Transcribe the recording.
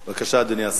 בבקשה, אדוני השר.